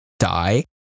die